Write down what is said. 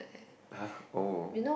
!huh! oh